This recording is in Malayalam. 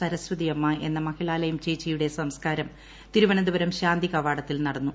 സരസ്വതിയമ്മ എന്ന മഹിളാലയം ചേച്ചിയുടെ സംസ്കാരം തിരുവനന്തപുരം ശാന്തികവാടത്തിൽ നടന്നു